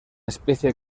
especie